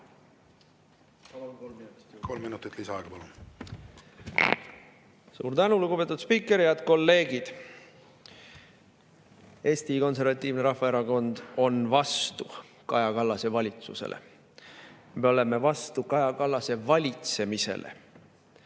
Suur tänu, lugupeetud spiiker! Head kolleegid! Eesti Konservatiivne Rahvaerakond on vastu Kaja Kallase valitsusele. Me oleme vastu Kaja Kallase valitsemisele.